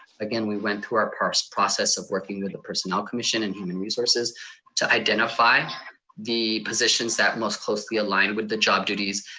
again, we went through our process process of working with the personnel commission and human resources to identify the positions that most closely align with the job duties,